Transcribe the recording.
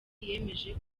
yemeje